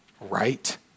right